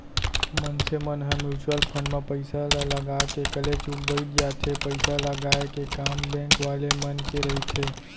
मनसे मन ह म्युचुअल फंड म पइसा ल लगा के कलेचुप बइठ जाथे पइसा लगाय के काम बेंक वाले मन के रहिथे